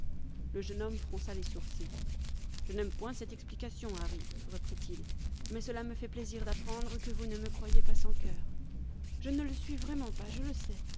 le jeune homme fronça les sourcils je n'aime point cette explication harry reprit il mais cela me fait plaisir d'apprendre que vous ne me croyez pas sans cœur je ne le suis vraiment pas je le sais